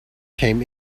came